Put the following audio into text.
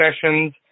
sessions